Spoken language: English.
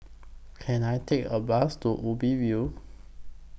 Can I Take A Bus to Ubi View